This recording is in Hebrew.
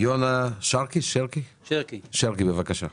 יונה שרקי, בבקשה.